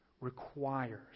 requires